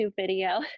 video